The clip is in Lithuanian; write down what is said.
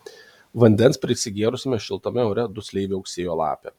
vandens prisigėrusiame šiltame ore dusliai viauksėjo lapė